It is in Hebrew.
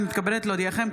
אני מתכבדת להודיעכם,